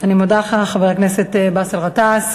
אני מודה לך, חבר הכנסת באסל גטאס.